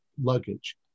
luggage